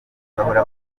bahora